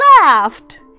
laughed